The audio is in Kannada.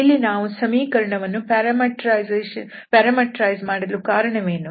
ಇಲ್ಲಿ ನಾವು ಸಮೀಕರಣವನ್ನು ಪ್ಯಾರಾಮೆಟ್ರೈಸ್ ಮಾಡಲು ಕಾರಣವೇನು